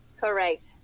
Correct